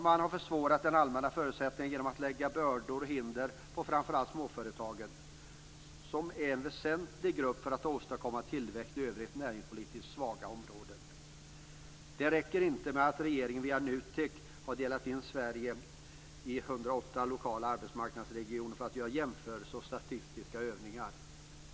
Man har försvårat de allmänna förutsättningarna genom att lägga bördor och hinder på framför allt småföretagen, som är en väsentlig grupp när det gäller att åstadkomma tillväxt i näringspolitiskt svaga områden. Det räcker inte att regeringen via NUTEK har delat in Sverige i 108 lokala arbetsmarknadsregioner för att göra jämförelser och statistiska övningar.